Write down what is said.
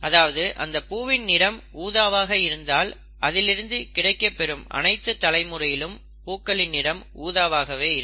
அதாவது அந்த பூவின் நிறம் ஊதாவாக இருந்தால் அதிலிருந்து கிடைக்கப்பெறும் அனைத்து தலைமுறையிலும் பூக்களின் நிறம் ஊதாவாகவே இருக்கும்